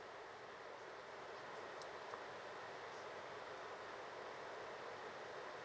okay